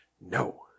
no